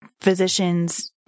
physicians